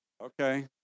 Okay